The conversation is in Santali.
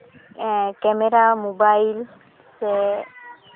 ᱠᱮᱢᱮᱨᱟ ᱢᱳᱵᱟᱭᱤᱞ ᱥᱮ